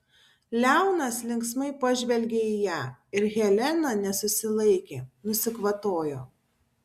leonas linksmai pažvelgė į ją ir helena nesusilaikė nusikvatojo